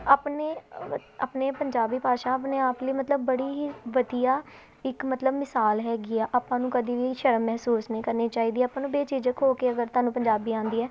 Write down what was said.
ਆਪਣੇ ਆਪਣੇ ਪੰਜਾਬੀ ਭਾਸ਼ਾ ਆਪਣੇ ਆਪ ਲਈ ਮਤਲਬ ਬੜੀ ਹੀ ਵਧੀਆ ਇੱਕ ਮਤਲਬ ਮਿਸਾਲ ਹੈਗੀ ਆ ਆਪਾਂ ਨੂੰ ਕਦੇ ਵੀ ਸ਼ਰਮ ਮਹਿਸੂਸ ਨਹੀਂ ਕਰਨੀ ਚਾਹੀਦੀ ਆਪਾਂ ਨੂੰ ਬੇਝਿਜਕ ਹੋ ਕੇ ਅਗਰ ਤੁਹਾਨੂੰ ਪੰਜਾਬੀ ਆਉਂਦੀ ਆ